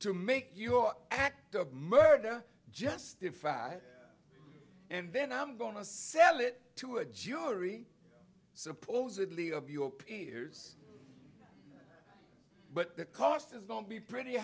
to make your act of murder justified and then i'm going to sell it to a jury supposedly of your peers but the cost is going to be pretty